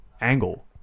angle